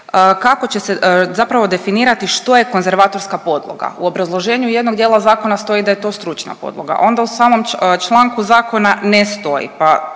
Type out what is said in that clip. kako će se zapravo definirati što je konzervatorska podloga. U obrazloženju jednog dijela zakona stoji da je to stručna podloga, onda u samom članku zakona ne stoji,